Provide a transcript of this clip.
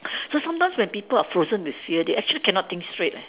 so sometimes when people are frozen with fear they actually cannot think straight eh